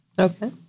Okay